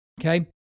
okay